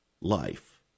life